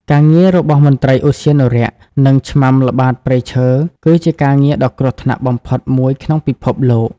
ការងាររបស់មន្ត្រីឧទ្យានុរក្ស និងឆ្មាំល្បាតព្រៃឈើ គឺជាការងារដ៏គ្រោះថ្នាក់បំផុតមួយក្នុងពិភពលោក។